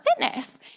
Fitness